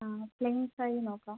ആ പ്ലെയിൻ സാരി നോക്കാം